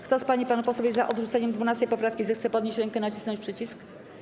Kto z pań i panów posłów jest za odrzuceniem 12. poprawki, zechce podnieść rękę i nacisnąć przycisk.